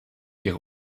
ihre